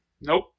Nope